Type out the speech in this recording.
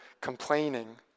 complaining